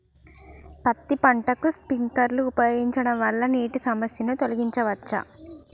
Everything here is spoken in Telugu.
పత్తి పంటకు స్ప్రింక్లర్లు ఉపయోగించడం వల్ల నీటి సమస్యను తొలగించవచ్చా?